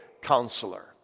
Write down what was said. counselor